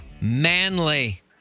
manly